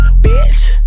Bitch